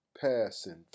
passing